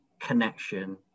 connection